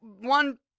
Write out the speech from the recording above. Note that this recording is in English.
one